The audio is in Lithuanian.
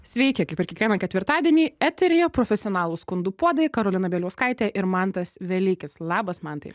sveiki kaip ir kiekvieną ketvirtadienį eteryje profesionalūs skundų puodai karolina bieliauskaitė ir mantas velykis labas mantai